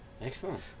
Excellent